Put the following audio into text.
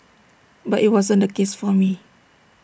but IT wasn't the case for me